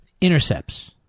Intercepts